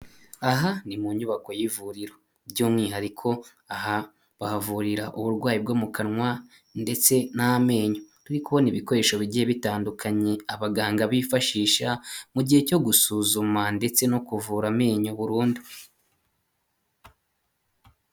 Aha ni mu nyubako y'ivuriro, by'umwihariko aha bahavurira uburwayi bwo mu kanwa ndetse n'amenyo, turi kubona ibikoresho bigiye bitandukanye abaganga bifashisha mu gihe cyo gusuzuma ndetse no kuvura amenyo burundu.